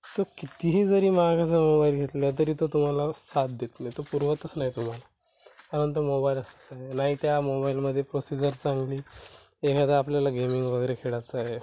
तो कित्तीही जरी महागाचा मोबाईल घेतला तरी तो तुम्हाला साथ देत नाही तो पुरवतच नाही तुम्हाला कारण तो मोबाईलच तसा आहे नाही त्या मोबाईलमध्ये प्रोसेजर चांगली एखादा आपल्याला गेमिंग वगैरे खेळाचं आहे